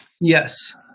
Yes